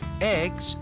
eggs